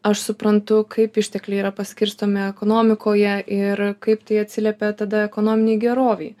aš suprantu kaip ištekliai yra paskirstomi ekonomikoje ir kaip tai atsiliepia tada ekonominei gerovei